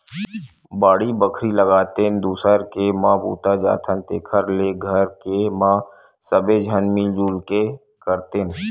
बाड़ी बखरी लगातेन, दूसर के म बूता जाथन तेखर ले घर के म सबे झन मिल जुल के करतेन